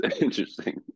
interesting